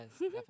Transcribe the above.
yes